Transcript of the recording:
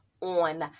on